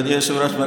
אדוני היושב-ראש,